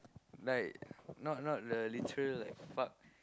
like not not the literal like fuck